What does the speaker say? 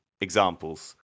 examples